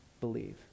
believe